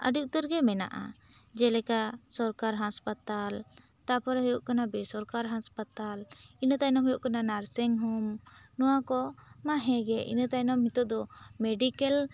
ᱟᱹᱰᱤ ᱩᱛᱟᱹᱨ ᱜᱮ ᱢᱮᱱᱟᱜ ᱟ ᱡᱮ ᱞᱮᱠᱟ ᱥᱚᱨᱠᱟᱨ ᱦᱟᱥᱯᱟᱛᱟᱞ ᱛᱟᱨᱯᱚᱨᱮ ᱦᱩᱭᱩᱜ ᱠᱟᱱᱟ ᱵᱮᱥᱚᱨᱠᱟᱨ ᱦᱟᱥᱯᱟᱛᱟᱞ ᱤᱱᱟᱹ ᱛᱟᱭᱱᱚᱢ ᱦᱩᱭᱩᱜ ᱠᱟᱱᱟ ᱱᱟᱨᱥᱤᱝ ᱦᱳᱢ ᱚᱱᱟ ᱠᱚᱢᱟ ᱦᱮᱸ ᱜᱮ ᱤᱱᱟᱹ ᱛᱟᱭᱱᱚᱢ ᱱᱤᱛᱚᱜ ᱫᱚ ᱢᱮᱰᱤᱠᱮᱞ